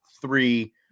three